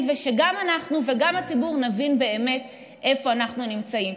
ושגם אנחנו וגם הציבור נבין באמת איפה אנחנו נמצאים.